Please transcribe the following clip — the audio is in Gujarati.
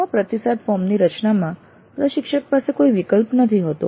આવા પ્રતિસાદ ફોર્મ ની રચનામાં પ્રશિક્ષક પાસે કોઈ વિકલ્પ નથી હોતો